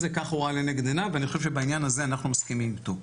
כך הוא ראה לנגד עיניו ואני חושב שבעניין הזה אנחנו מסכימים איתו.